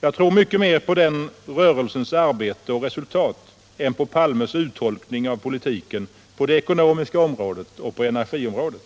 Jag tror mycket mer på den rörelsens arbete och resultat än på herr Palmes uttolkning av politiken på det ekonomiska området och på energiområdet.